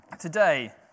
today